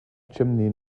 chimney